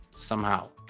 somehow